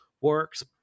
works